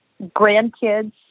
grandkids